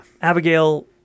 Abigail